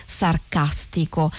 sarcastico